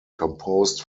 composed